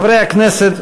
חברי הכנסת,